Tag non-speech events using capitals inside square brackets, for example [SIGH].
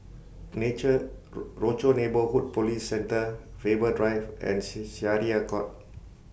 Nature [HESITATION] Rochor Neighborhood Police Centre Faber Drive and Syariah Court